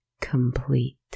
complete